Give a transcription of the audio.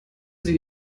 sie